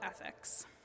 ethics